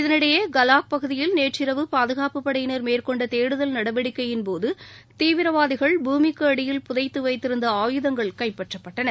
இதனிடையே கலாக் பகுதியில் நேற்றிரவு பாதுகாப்பு படையினர் மேற்கொண்ட தேடுதல் நடவடிக்கையின் போது தீவிரவாதிகள் பூமிக்கு அடியில் புதைத்து வைக்கப்பட்டிருந்த ஆயுதங்கள் கைப்பற்றப்பட்டன